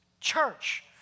church